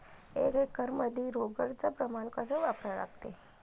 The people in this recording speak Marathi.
एक एकरमंदी रोगर च प्रमान कस वापरा लागते?